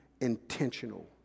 intentional